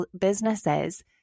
businesses